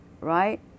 right